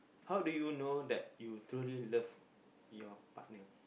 how do you know that you truly love your partner